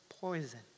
poison